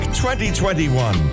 2021